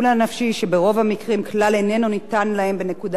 שברוב המקרים כלל איננו ניתן להם בנקודה הקריטית.